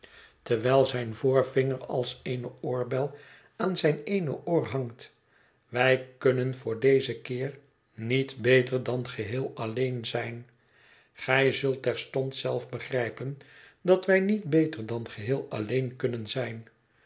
terwijl zijn voorvinger als eene oorbel aan zijn eene oor hangt wij kunnen voor dezen keer niet beter dan geheel alleen zijn gij zult terstond zelf begrijpen dat wij niet beter dan geheel alleen kunnen zijn